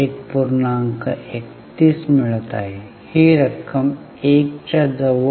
31 मिळत आहे ही रक्कम १ च्या जवळ आहे